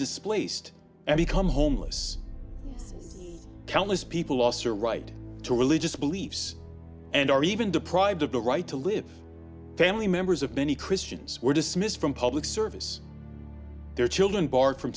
displaced and become homeless countless people lost their right to religious beliefs and are even deprived of the right to live family members of many christians were dismissed from public service their children barred from